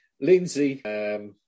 Lindsay